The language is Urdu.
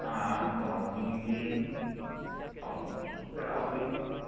ہاں پراؤنس بھی مل جائے گی اور کچھ سر اور کوئی